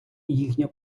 їхня